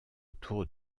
autour